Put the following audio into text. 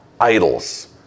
idols